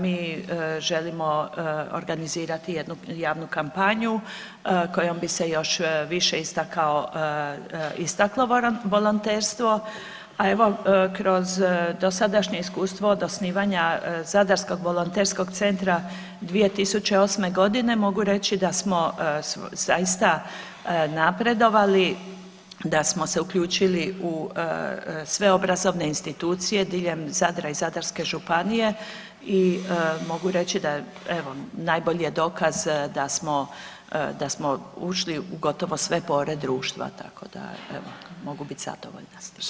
Mi želimo organizirati jednu javnu kampanju kojom bi se još više istaklo volonterstvo, a evo kroz dosadašnje iskustvo od osnivanja Zadarskog volonterskog centra 2008.g. mogu reći da smo zaista napredovali, da smo se uključili u sve obrazovne institucije diljem Zadra i Zadarske županije i mogu reći da evo najbolji je dokaz da smo ušli u gotovo sve pore društva, tako da evo mogu biti zahvalna.